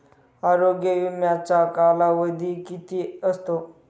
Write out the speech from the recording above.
आरोग्य विम्याचा कालावधी किती असतो?